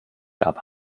gab